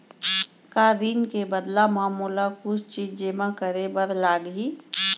का ऋण के बदला म मोला कुछ चीज जेमा करे बर लागही?